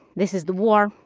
this is the war.